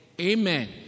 Amen